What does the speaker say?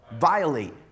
violate